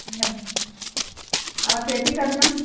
ईया दानी और पेटी का मैम